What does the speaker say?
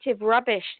rubbish